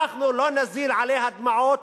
אנחנו לא נזיל עליה דמעות.